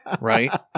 right